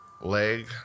leg